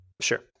sure